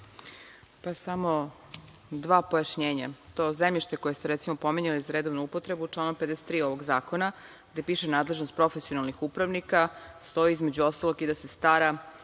Samo dva pojašnjenja. To zemljište koje ste recimo pominjali, za redovnu upotrebu, članom 53. ovog zakona gde piše – nadležnost profesionalnih upravnika, stoji između ostalog i da se stara